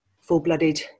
full-blooded